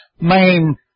main